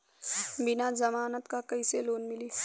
बिना जमानत क कइसे लोन मिली?